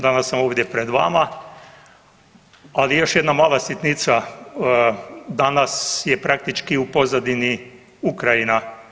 Danas sam ovdje pred vama, ali još jedna mala sitnica, danas je praktički u pozadini Ukrajina.